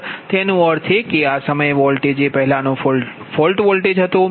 તેનો અર્થ એ કે આ સમયે વોલ્ટેજ એ પહેલાનો ફોલ્ટ વોલ્ટેજ હતો